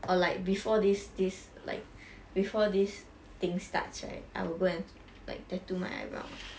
or like before this this like before this thing starts right I will go and like tattoo my eyebrows